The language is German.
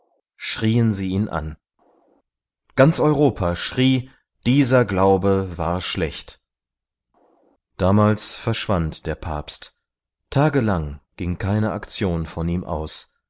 schrieen sie ihn an ganz europa schrie dieser glaube war schlecht damals verschwand der papst tagelang ging keine aktion von ihm aus